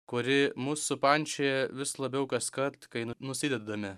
kuri mus supančioja vis labiau kaskart kai nu nusidedame